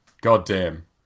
goddamn